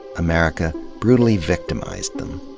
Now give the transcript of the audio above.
america brutally victimized them.